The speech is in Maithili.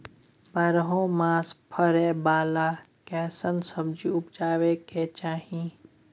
बारहो मास फरै बाला कैसन सब्जी उपजैब के चाही?